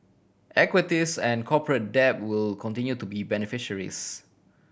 equities and corporate debt will continue to be beneficiaries